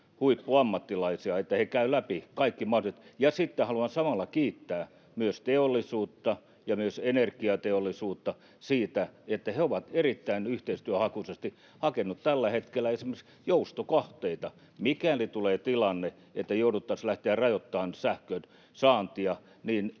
huippuammattilaisia, että he käyvät läpi kaikki mahdolliset... Ja sitten haluan samalla kiittää teollisuutta ja energiateollisuutta siitä, että he ovat erittäin yhteistyöhakuisesti hakeneet tällä hetkellä esimerkiksi joustokohteita. Mikäli tulee tilanne, että jouduttaisiin lähtemään rajoittamaan sähkönsaantia, niin